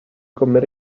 kommer